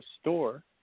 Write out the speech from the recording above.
store